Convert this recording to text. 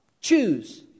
Choose